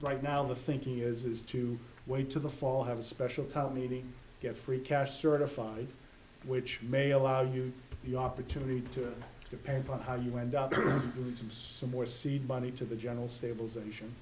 right now the thinking is is to wait to the fall have a special company to get free cash certified which may allow you the opportunity to depends on how you end up to some some more seed money to the general stabilization